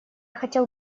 хотел